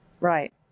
Right